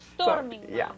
Storming